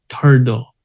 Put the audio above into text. turtle